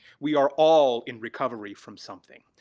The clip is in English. we are all in recovery from something,